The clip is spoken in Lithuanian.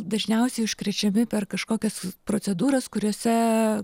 dažniausiai užkrečiami per kažkokias procedūras kuriose